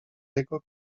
jego